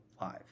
live